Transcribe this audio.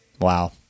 wow